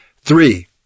Three